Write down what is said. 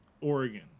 Oregon